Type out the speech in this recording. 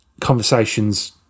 conversations